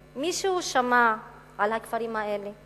היהודים: מישהו שמע על הכפרים האלה?